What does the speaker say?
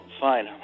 fine